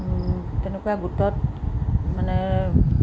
তেনেকুৱা গোটত মানে